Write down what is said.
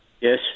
Yes